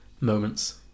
moments